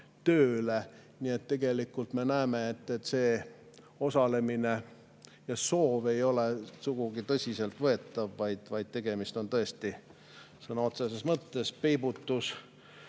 tööle. Nii et tegelikult me näeme, et see osalemine ja [osalemise] soov ei ole sugugi tõsiseltvõetavad, vaid tegemist on tõesti sõna otseses mõttes peibutuspartidega.